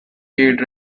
paid